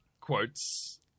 quotes